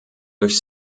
durch